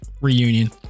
Reunion